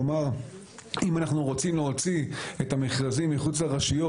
כלומר אם אנחנו רוצים להוציא את המכרזים מחוץ לרשויות,